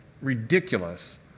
ridiculous